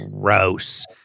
gross